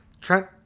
Trent